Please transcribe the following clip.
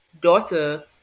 daughter